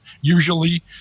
usually